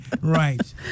right